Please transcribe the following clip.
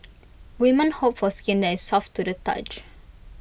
women hope for skin that is soft to the touch